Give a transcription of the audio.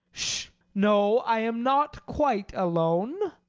no, i am not quite alone.